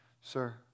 sir